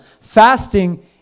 Fasting